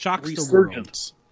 resurgence